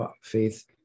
faith